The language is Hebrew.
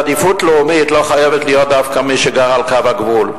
עדיפות לאומית לא חייבת להיות דווקא לגבי מי שגר על קו הגבול.